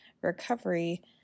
recovery